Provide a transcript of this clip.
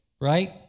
right